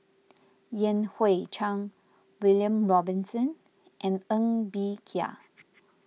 Yan Hui Chang William Robinson and Ng Bee Kia